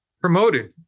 promoted